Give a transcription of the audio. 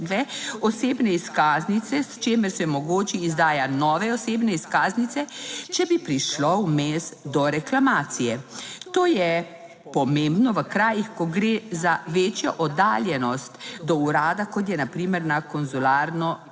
osebne izkaznice, s čimer se omogoči izdaja nove osebne izkaznice, če bi prišlo vmes do reklamacije. To je pomembno v krajih, ko gre za večjo oddaljenost do urada, kot je na primer na konzularno